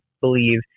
believe